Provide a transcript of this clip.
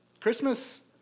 Christmas